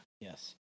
Yes